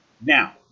Now